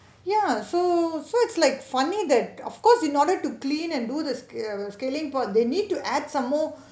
ya so so it's like funny that of course in order to clean and do the uh scaling part they need to add some more